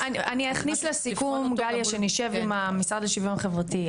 אז אני אכניס לסיכום גליה כשנשב עם המשרד לשוויון חברתי,